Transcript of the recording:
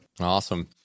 Awesome